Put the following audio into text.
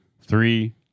Three